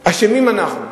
אשמים אנחנו,